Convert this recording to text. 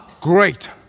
great